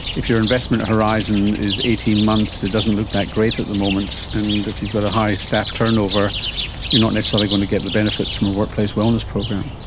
if your investment horizon is eighteen months, it doesn't look that great at the moment, and if you've got a high staff turnover you're not necessarily going to get the benefits from a workplace wellness program.